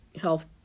health